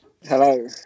Hello